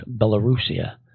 Belarusia